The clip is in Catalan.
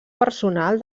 personal